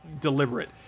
deliberate